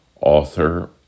author